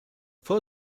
fue